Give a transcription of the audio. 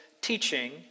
Teaching